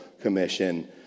Commission